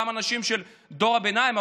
גם על אנשים של דור הביניים,